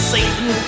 Satan